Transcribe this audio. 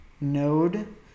Node